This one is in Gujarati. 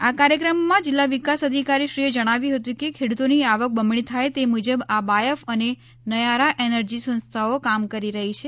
આ કાર્યક્રમમાં જિલ્લા વિકાસ અધિકારીશ્રીએ જણાવ્યું હતું કે ખેડુતોની આવક બમણી થાય તે મુજબ આ બાયફ અને નયારા એનર્જી સંસ્થાઓ કામ કરી રહી છે